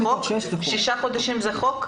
שלושה חודשים מתוך שישה זה חוק.